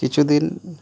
কিছুদিন